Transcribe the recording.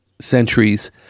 centuries